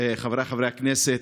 חבריי חברי הכנסת,